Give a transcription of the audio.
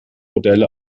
modelle